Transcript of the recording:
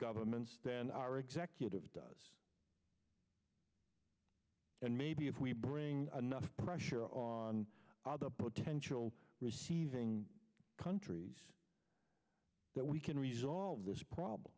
governments than our executive does and maybe if we bring enough pressure on the potential receiving countries that we can resolve this problem